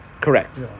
Correct